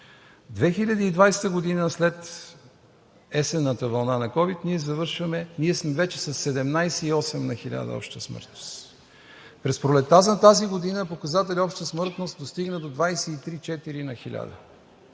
2020 г. след есенната вълна на ковид ние сме вече със 17,8 на 1000 обща смъртност. През пролетта на тази година показателят обща смъртност достигна до 23,4 на 1000.